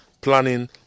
planning